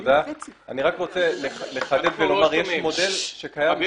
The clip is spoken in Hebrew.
אני רוצה לחדד ולומר שיש